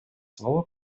слово